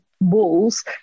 walls